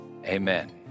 Amen